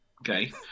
okay